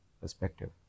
perspective